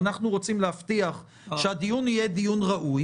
ואנחנו רוצים להבטיח שהדיון יהיה דיון ראוי